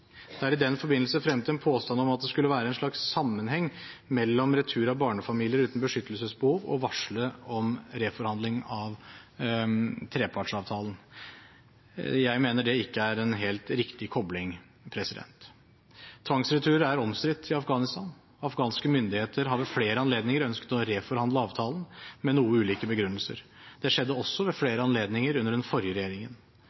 Det er i den forbindelse fremmet en påstand om at det skulle være en slags sammenheng mellom retur av barnefamilier uten beskyttelsesbehov og varselet om reforhandling av trepartsavtalen. Jeg mener det ikke er en helt riktig kobling. Tvangsretur er omstridt i Afghanistan, og afghanske myndigheter har ved flere anledninger ønsket å reforhandle avtalen, med noe ulike begrunnelser. Det skjedde også ved flere anledninger under den forrige regjeringen.